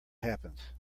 happened